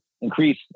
increase